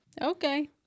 Okay